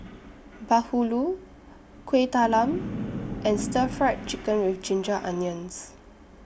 Bahulu Kuih Talam and Stir Fried Chicken with Ginger Onions